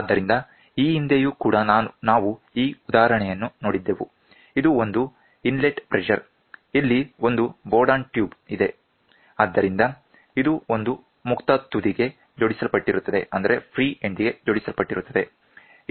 ಆದ್ದರಿಂದ ಈ ಹಿಂದೆಯೂ ಕೂಡ ನಾವು ಈ ಉದಾಹರಣೆಯನ್ನು ನೋಡಿದ್ದೆವು ಇದು ಒಂದು ಇನ್ಲೆಟ್ ಪ್ರೆಷರ್ ಇಲ್ಲಿ ಒಂದು ಬೋರ್ಡನ್ ಟ್ಯೂಬ್ ಇದೆ ಆದ್ದರಿಂದ ಇದು ಒಂದು ಮುಕ್ತ ತುದಿಗೆ ಜೋಡಿಸಲ್ಪಟ್ಟಿರುತ್ತದೆ